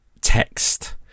text